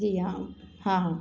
जी हाँ हाँ हाँ